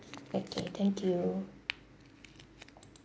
okay thank you